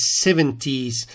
1970s